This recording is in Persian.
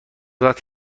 وقتی